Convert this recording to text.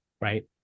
right